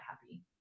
happy